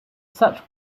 such